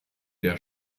der